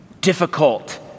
difficult